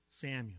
samuel